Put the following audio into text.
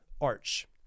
arch